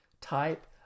type